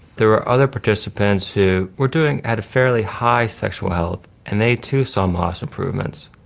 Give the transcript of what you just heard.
there were other participants who were doing at a fairly high sexual health, and they too saw modest improvements.